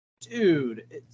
Dude